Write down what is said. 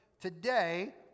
Today